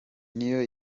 n’iyo